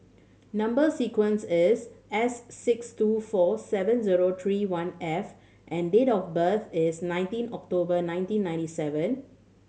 number sequence is S six two four seven zero three one F and date of birth is nineteen October nineteen ninety seven